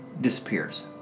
disappears